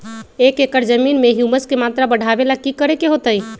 एक एकड़ जमीन में ह्यूमस के मात्रा बढ़ावे ला की करे के होतई?